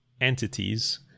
entities